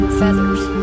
feathers